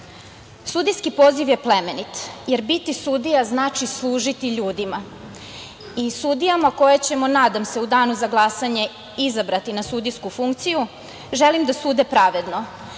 poziv je plemenit, jer biti sudija znači služiti ljudima i sudijama koje ćemo nadam se u danu za glasanje izabrati na sudijsku funkciju želim da sude pravedno.